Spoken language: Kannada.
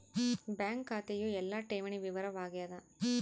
ಬ್ಯಾಂಕ್ ಖಾತೆಯು ಎಲ್ಲ ಠೇವಣಿ ವಿವರ ವಾಗ್ಯಾದ